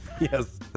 Yes